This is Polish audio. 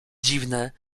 dziwne